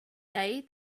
day